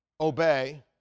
obey